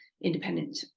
Independent